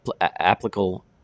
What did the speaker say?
applicable